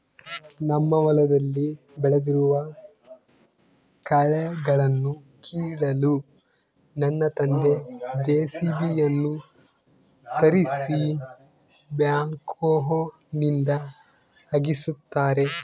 ನಮ್ಮ ಹೊಲದಲ್ಲಿ ಬೆಳೆದಿರುವ ಕಳೆಗಳನ್ನುಕೀಳಲು ನನ್ನ ತಂದೆ ಜೆ.ಸಿ.ಬಿ ಯನ್ನು ತರಿಸಿ ಬ್ಯಾಕ್ಹೋನಿಂದ ಅಗೆಸುತ್ತಾರೆ